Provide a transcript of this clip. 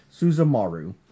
Suzumaru